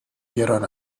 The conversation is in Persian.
گران